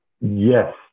Yes